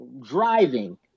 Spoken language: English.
driving